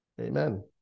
Amen